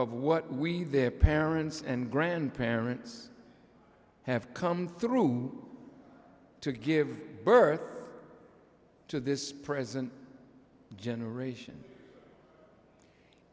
of what we their parents and grandparents i have come through to give birth to this present generation